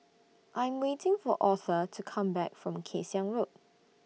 I'm waiting For Authur to Come Back from Kay Siang Road